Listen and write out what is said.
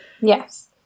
Yes